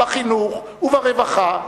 בחינוך וברווחה,